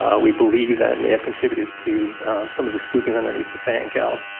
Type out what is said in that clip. ah we believe that may have contributed to some of the scooping underneath the fan cowl.